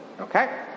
okay